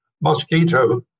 mosquito